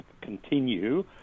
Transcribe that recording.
continue